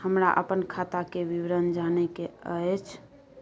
हमरा अपन खाता के विवरण जानय के अएछ?